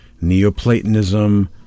neoplatonism